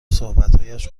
صحبتهایش